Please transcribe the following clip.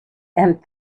and